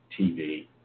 TV